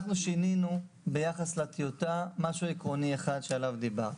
אנחנו שינינו ביחס לטיוטה משהו עקרוני אחד שעליו דיברת.